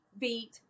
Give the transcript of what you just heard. beat